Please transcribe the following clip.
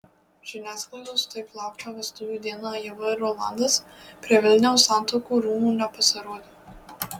žiniasklaidos taip lauktą vestuvių dieną ieva ir rolandas prie vilniaus santuokų rūmų nepasirodė